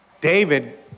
David